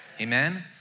Amen